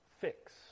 fix